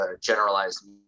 generalized